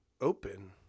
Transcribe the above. open